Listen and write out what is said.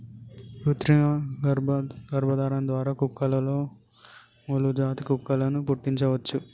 కృతిమ గర్భధారణ ద్వారా కుక్కలలో మేలు జాతి కుక్కలను పుట్టించవచ్చు